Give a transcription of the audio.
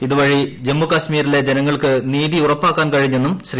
ഇതുവഴി ജമ്മു കാശ്മീരിലെ ജനങ്ങൾക്ക് നീത്യൂ ഉൾപ്പാക്കാൻ കഴിഞ്ഞെന്നും ശ്രീ